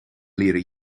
leren